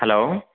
hello